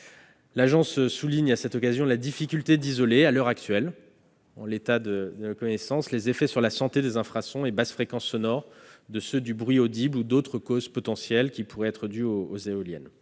L'Agence souligne à cette occasion la difficulté d'isoler, à l'heure actuelle, en l'état de nos connaissances, les effets sur la santé des infrasons et basses fréquences sonores de ceux du bruit audible ou d'autres causes potentielles qui pourraient être dues aux éoliennes.